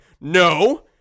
No